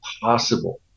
possible